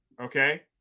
okay